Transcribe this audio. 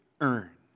earn